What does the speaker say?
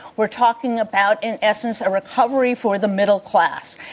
we're talking about, in essence, a recovery for the middle class.